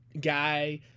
guy